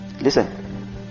listen